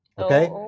Okay